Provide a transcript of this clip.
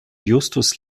justus